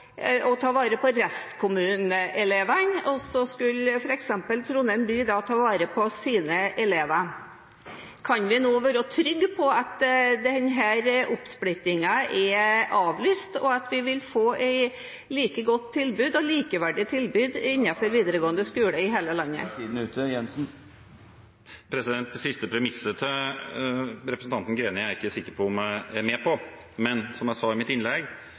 ta vare på restkommuneelevene, og så skulle f.eks. Trondheim by ta vare på sine elever. Kan vi nå være trygge på at denne oppsplittingen er avlyst, og at vi vil få et like godt tilbud, og likeverdige tilbud, innenfor videregående skole i hele landet? Det siste premisset til representanten Greni er jeg ikke sikker på om jeg er med på, men som jeg sa i mitt innlegg: